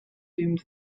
doomed